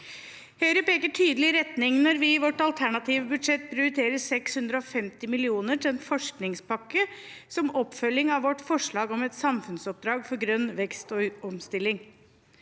Høyre peker tydelig retning når vi i vårt alternative budsjett prioriterer 650 mill. kr til en forskningspakke, som oppfølging av vårt forslag om et samfunnsoppdrag for grønn vekst og omstilling.